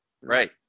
Right